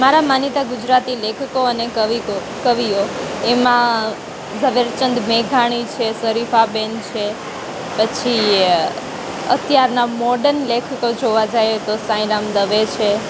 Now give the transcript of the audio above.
મારા માનીતા ગુજરાતી લેખકો અને કવિકો કવિઓ એમાં ઝવેરચંદ મેઘાણી છે શરિફાબેન છે પછી અત્યારના મોડર્ન લેખકો જોવા જઈએ તો સાંઈરામ દવે છે